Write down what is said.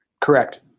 Correct